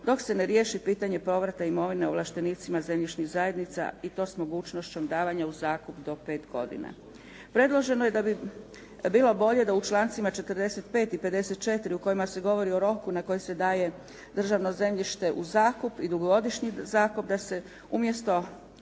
dok se ne riješi pitanje povrata imovine ovlaštenicima zemljišnih zajednica i to s mogućnošću davanja u zakup do pet godina. Predloženo je da bi bilo bolje da u člancima 45. i 54. u kojima se govori o roku na koji se daje državno zemljište u zakup i dugogodišnji zakup da se umjesto